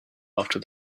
after